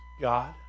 God